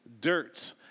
dirt